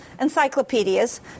encyclopedias